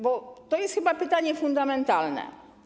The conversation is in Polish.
Bo to jest chyba pytanie fundamentalne.